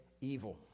evil